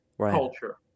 culture